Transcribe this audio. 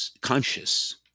conscious